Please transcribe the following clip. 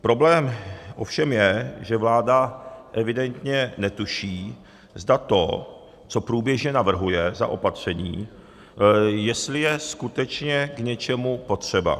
Problém ovšem je, že vláda evidentně netuší, zda to, co průběžně navrhuje za opatření, jestli je skutečně k něčemu potřeba.